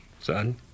Son